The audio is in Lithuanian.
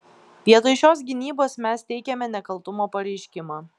vietoj šios gynybos mes teikiame nekaltumo pareiškimą